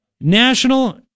National